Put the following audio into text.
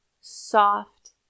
soft